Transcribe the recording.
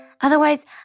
Otherwise